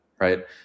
right